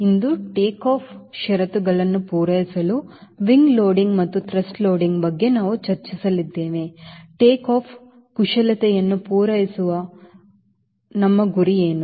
ಇಂದು take off ಷರತ್ತುಗಳನ್ನು ಪೂರೈಸಲು wing loading ಮತ್ತು ಥ್ರಸ್ಟ್ ಲೋಡಿಂಗ್ ಬಗ್ಗೆ ನಾವು ಚರ್ಚಿಸಲಿದ್ದೇವೆ ಟೇಕ್ ಆಫ್ ಕುಶಲತೆಯನ್ನು ಪೂರೈಸುವ ನಮ್ಮ ಗುರಿ ಏನು